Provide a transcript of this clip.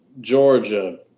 Georgia